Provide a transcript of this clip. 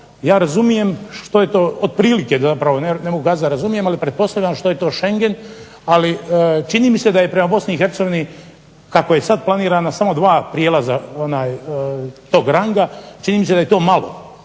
ja razumijem što je to otprilike zapravo, ne mogu kazati da razumijem, ali pretpostavljam što je to Schengen, ali čini mi se da je prema BiH kako je sad planirana samo 2 prijelaza tog ranga, čini mi se da je to malo.